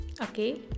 okay